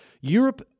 Europe